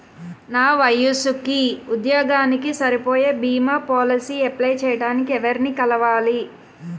నా వయసుకి, ఉద్యోగానికి సరిపోయే భీమా పోలసీ అప్లయ్ చేయటానికి ఎవరిని కలవాలి?